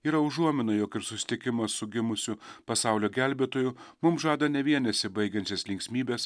yra užuomina jog ir susitikimas su gimusiu pasaulio gelbėtoju mums žada ne vien nesibaigiančias linksmybes